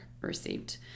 Received